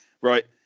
Right